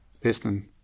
piston